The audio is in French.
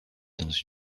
dans